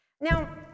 now